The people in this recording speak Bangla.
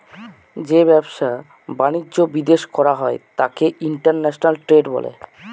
যে ব্যবসা বাণিজ্য বিদেশ করা হয় তাকে ইন্টারন্যাশনাল ট্রেড বলে